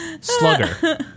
Slugger